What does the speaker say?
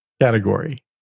category